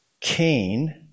Cain